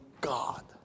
God